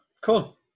cool